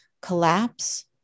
collapse